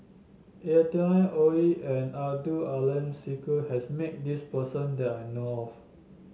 Adeline Ooi and Abdul Aleem Siddique has met this person that I know of